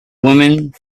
woman